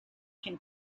can